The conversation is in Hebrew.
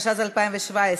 התשע"ז 2017,